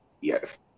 yes